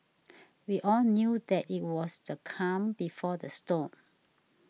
we all knew that it was the calm before the storm